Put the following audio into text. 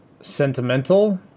sentimental